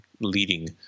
leading